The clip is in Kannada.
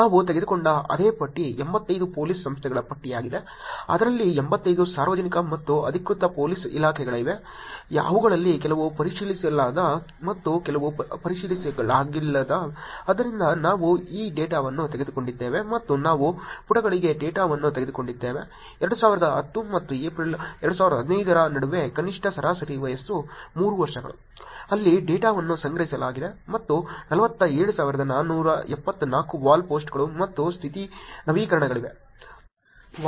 ನಾವು ತೆಗೆದುಕೊಂಡ ಅದೇ ಪಟ್ಟಿ 85 ಪೊಲೀಸ್ ಸಂಸ್ಥೆಗಳ ಪಟ್ಟಿಯಾಗಿದೆ ಅದರಲ್ಲಿ 85 ಸಾರ್ವಜನಿಕ ಮತ್ತು ಅಧಿಕೃತ ಪೊಲೀಸ್ ಇಲಾಖೆಗಳಿವೆ ಅವುಗಳಲ್ಲಿ ಕೆಲವು ಪರಿಶೀಲಿಸಲಾಗಿದೆ ಮತ್ತು ಕೆಲವು ಪರಿಶೀಲಿಸಲಾಗಿಲ್ಲ ಆದ್ದರಿಂದ ನಾವು ಈ ಡೇಟಾವನ್ನು ತೆಗೆದುಕೊಂಡಿದ್ದೇವೆ ಮತ್ತು ನಾವು ಪುಟಗಳಿಗೆ ಡೇಟಾವನ್ನು ತೆಗೆದುಕೊಂಡಿದ್ದೇವೆ 2010 ಮತ್ತು ಏಪ್ರಿಲ್ 2015 ರ ನಡುವೆ ಕನಿಷ್ಠ ಸರಾಸರಿ ವಯಸ್ಸು 3 ವರ್ಷಗಳು ಅಲ್ಲಿ ಡೇಟಾವನ್ನು ಸಂಗ್ರಹಿಸಲಾಗಿದೆ ಮತ್ತು 47474 ವಾಲ್ ಪೋಸ್ಟ್ಗಳು ಮತ್ತು ಸ್ಥಿತಿ ನವೀಕರಣಗಳಿವೆ